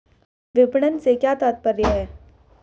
विपणन से क्या तात्पर्य है?